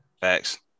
Facts